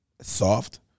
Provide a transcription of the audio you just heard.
soft